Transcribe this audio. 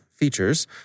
Features